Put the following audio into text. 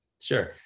Sure